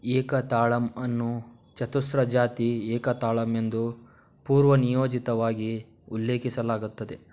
ಏಕ ತಾಳಮ್ ಅನ್ನು ಚತುಸ್ರ ಜಾತಿ ಏಕತಾಳಮ್ ಎಂದು ಪೂರ್ವನಿಯೋಜಿತವಾಗಿ ಉಲ್ಲೇಖಿಸಲಾಗುತ್ತದೆ